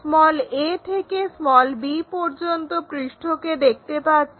a থেকে b পর্যন্ত পৃষ্ঠকে দেখতে পাচ্ছি